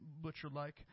butcher-like